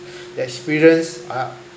thE experience ah